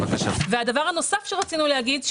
נוסף שרצינו להגיד,